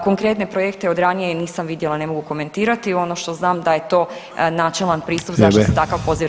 Konkretne projekte od ranije nisam vidjela, ne mogu komentirati, ono što znam da je to načelan pristup [[Upadica: Vrijeme.]] zašto se takav poziv raspisuje.